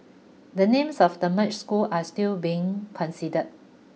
the names of the merged schools are still being considered